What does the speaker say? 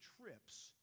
trips